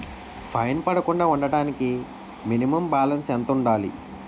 Fine పడకుండా ఉండటానికి minimum balance ఎంత ఉండాలి?